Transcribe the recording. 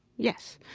yes.